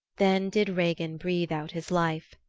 then did regin breathe out his life.